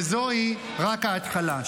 וזוהי רק ההתחלה.